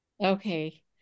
okay